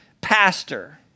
pastor